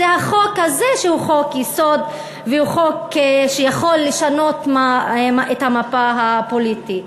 זה החוק הזה שהוא חוק-יסוד והוא חוק שיכול לשנות את המפה הפוליטית.